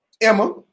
emma